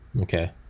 Okay